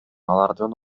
алардын